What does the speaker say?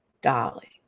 Dolly